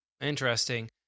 Interesting